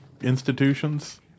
institutions